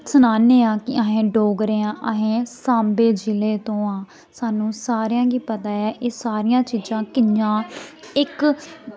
सन्नाने आं कि अस डोगरे आं अस सांबे जि'ले तो आं सानूं सारेंआ गी पता ऐ एह् सारियां चीजां कि'यां इक